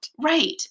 right